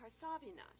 Karsavina